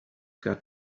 got